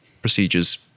procedures